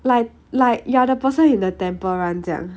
like like you are the person in the temple run 这样